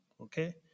Okay